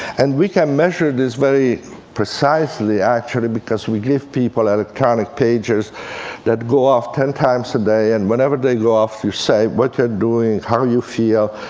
and we can measure this very precisely, actually, because we give people electronic pagers that go off ten times a day, and whenever they go off you say what you're doing, how you feel,